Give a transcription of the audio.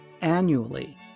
annually